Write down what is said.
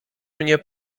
mnie